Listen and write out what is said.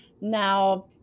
now